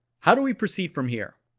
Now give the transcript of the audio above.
how do we proceed from here?